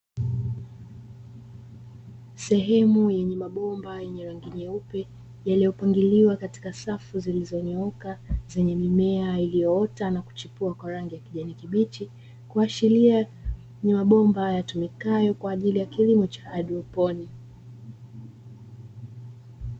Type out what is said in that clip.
Sehemu yenye mabomba yenye rangi nyeupe, yaliyopangiliwa kwenye safu zilizo nyooka yenye mimea iliyoota na kuchipua kwa rangi ya kijani kibichi, kuashilia ni mabomba yatumikayo kwa ajili ya kilimo cha haidroponi.